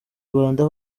rwanda